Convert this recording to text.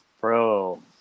bro